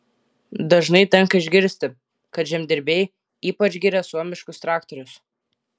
dažnai tenka išgirsti kad žemdirbiai ypač giria suomiškus traktorius